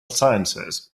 sciences